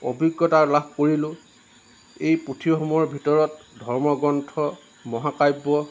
অভিজ্ঞতা লাভ কৰিলোঁ এই পুথিসমূহৰ ভিতৰত ধৰ্মগ্ৰন্থ মহাকাব্য়